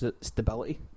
stability